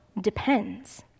depends